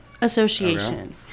Association